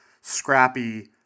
scrappy